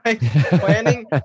planning